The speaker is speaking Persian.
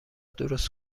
درست